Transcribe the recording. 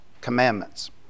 commandments